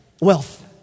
wealth